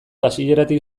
hasieratik